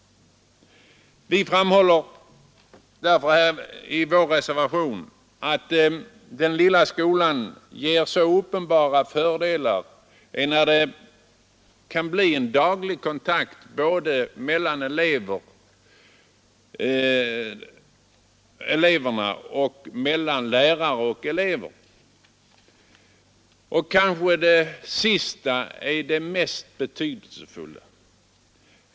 Vi framhåller i vår reservation att den lilla skolan ger uppenbara fördelar. Det kan då bli en daglig kontakt både eleverna emellan och mellan lärare och elever — det sista kanske är det mest betydelsefulla.